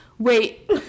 Wait